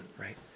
right